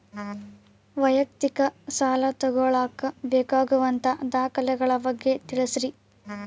ವೈಯಕ್ತಿಕ ಸಾಲ ತಗೋಳಾಕ ಬೇಕಾಗುವಂಥ ದಾಖಲೆಗಳ ಬಗ್ಗೆ ತಿಳಸ್ರಿ